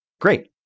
Great